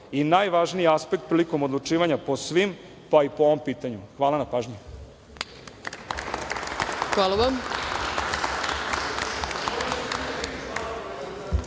i najvažniji aspekt prilikom odlučivanja po svim, pa i po ovom pitanju. Hvala na pažnji.